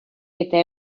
eta